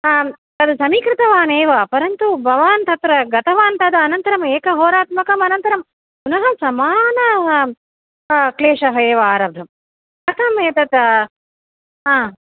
आं तद् समीकृतवान् एव परन्तु भवान् तत्र गतवान् तद् अनन्तरम् एकहोरात्मकमनन्तरं पुनः समान क्लेशः एव आरब्धः कथम् एतत् हा